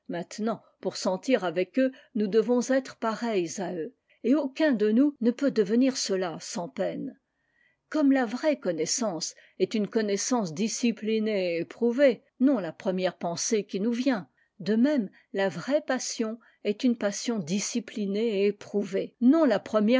maintenant pour sentir avec eux nous devons être pareils à eux et aucun de nous ne peut devenir cela sans peine comme la vraie connaissance est une connaissance disciplinée et éprouvée non la première pensée qui nous vient de même la vraie passion est une passion disciptinée et éprouvée non la première